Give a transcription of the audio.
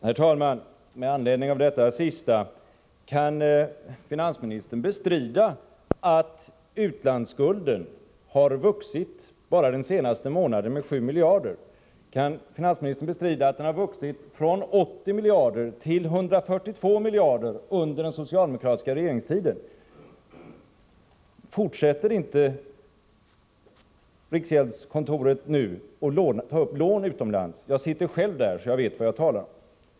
Herr talman! Med anledning av det sista som finansministern sade vill jag fråga: Kan finansministern bestrida att utlandsskulden bara den senaste månaden har vuxit med 7 miljarder eller att den under den socialdemokratiska regeringstiden har ökat från 80 till 142 miljarder? Fortsätter inte riksgäldskontoret att nu ta upp lån utomlands? Jag sitter själv i riksgäldsfullmäktige, så jag vet vad jag talar om.